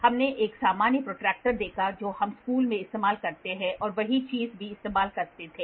हमने एक सामान्य प्रोट्रैक्टर देखा जो हम स्कूल में इस्तेमाल करते थे और वही चीज भी इस्तेमाल करते थे